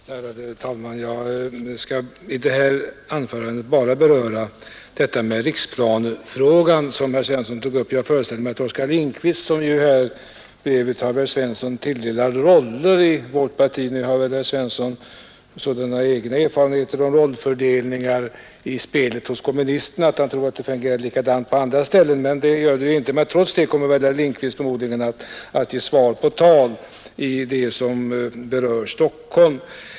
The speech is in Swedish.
Fru talman! Jag skall i detta anförande bara beröra riksplanefrågan som herr Svensson tog upp. Jag föreställer mig att Oskar Lindkvist, som av herr Svensson nu blivit tilldelad vissa roller inom vårt parti — herr Svensson har väl sådana egna erfarenheter om rollfördelningar i spelet hos kommunisterna att han tror att man gör likadant på andra håll kommer att ge svar på tal i det som berör Stockholm.